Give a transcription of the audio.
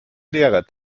lehrer